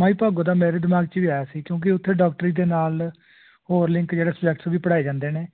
ਮਾਈ ਭਾਗੋ ਦਾ ਮੇਰੇ ਦਿਮਾਗ 'ਚ ਵੀ ਆਇਆ ਸੀ ਕਿਉਂਕਿ ਉੱਥੇ ਡੋਕਟਰੀ ਦੇ ਨਾਲ ਹੋਰ ਲਿੰਕ ਜਿਹੜੇ ਸਬਜੈਕਟਸ ਵੀ ਪੜ੍ਹਾਏ ਜਾਂਦੇ ਨੇ